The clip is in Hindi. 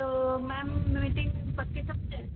तो मैम मीटिंग हम पक्की समझे